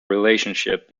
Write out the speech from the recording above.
relationship